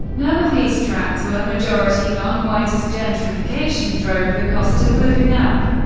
none of these tracts were majority nonwhite as gentrification drove the cost of living up.